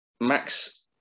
Max